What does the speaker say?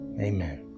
amen